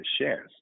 shares